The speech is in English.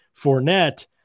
Fournette